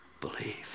believe